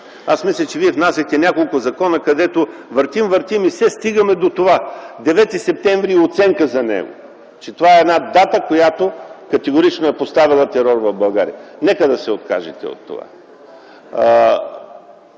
Аз мисля, че Вие внасяхте няколко законопроекта, където въртим, въртим и все стигаме до това – 9-и септември е оценка за него, че това е дата, която категорично е поставила терор в България. Нека да се откажете от това.